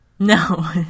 No